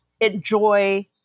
enjoy